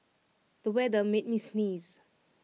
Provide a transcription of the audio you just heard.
the weather made me sneeze